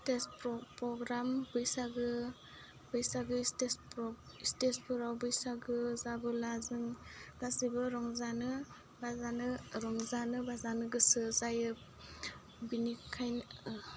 stage programme बैसागो बैसागो stage स्टेसफोराव बैसागो जाबोला जों गासिबो रंजानो बाजानो रंजानो बाजानो गोसो जायो बेनिखायनो